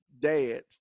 dads